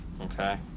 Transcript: Okay